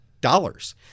dollars